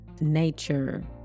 nature